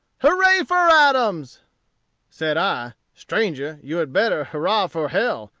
hurrah for adams said i, stranger, you had better hurrah for hell,